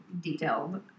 detailed